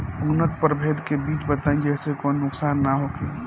उन्नत प्रभेद के बीज बताई जेसे कौनो नुकसान न होखे?